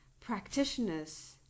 practitioners